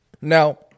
Now